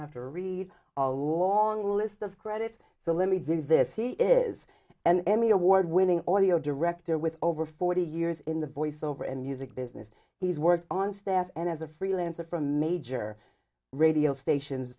have to read a long list of credits so let me do this he is an emmy award winning audio director with over forty years in the voiceover and music business he's worked on staff and as a freelancer from major radio stations